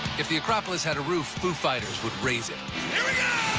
if the acropolis had a roof, foo fighters would raise it here we go